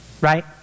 Right